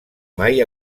mai